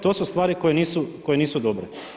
To su stvari koje nisu dobre.